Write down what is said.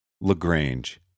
lagrange